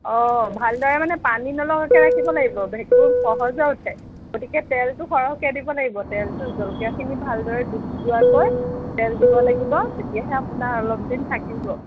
অঁ ভালদৰে মানে পানী নলগাকৈ ৰাখিব লাগিব ভেঁকুৰ সহজে উঠে গতিকে তেলটো সৰহকৈ দিব লাগিব তেলটো জলকীয়াখিনি ভালদৰে ডুব যোৱাকৈ তেল দিব লাগিব তেতিয়াহে আপোনাৰ অলপ দিন থাকিব